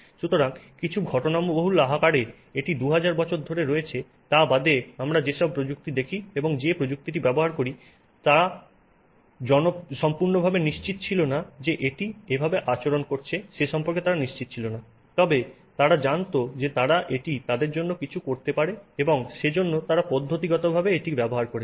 সুতরাং কিছু ঘটনাবহুল আকারে এটি 2000 বছর ধরে রয়েছে তা বাদে আমরা যেসব প্রযুক্তি দেখি এবং যে প্রযুক্তিটি ব্যবহার করি তারা সম্পূর্ণরূপে নিশ্চিত ছিল না যে এটি যেভাবে আচরণ করছে সে সম্পর্কে তারা নিশ্চিত ছিল না তবে তারা জানত যে তারা এটি তাদের জন্য কিছু করতে পারে এবং সেজন্য তারা পদ্ধতিগতভাবে এটি ব্যবহার করেছে